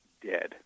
dead